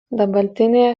dabartinėje